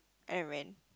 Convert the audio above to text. and I ran